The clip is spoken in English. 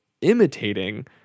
imitating